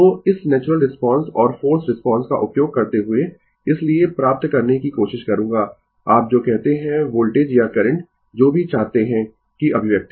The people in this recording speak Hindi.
तो इस नेचुरल रिस्पांस और फोर्स्ड रिस्पांस का उपयोग करते हुए इसलिए प्राप्त करने की कोशिश करूँगा आप जो कहते है वोल्टेज या करंट जो भी चाहते है की अभिव्यक्ति